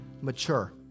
mature